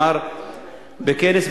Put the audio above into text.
אמר בכנס,